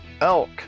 elk